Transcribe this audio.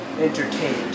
entertained